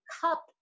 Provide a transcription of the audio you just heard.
cup